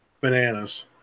bananas